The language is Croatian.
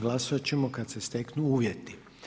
Glasovat ćemo kad se steknu uvjeti.